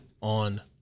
on